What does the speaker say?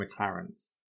McLarens